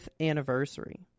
anniversary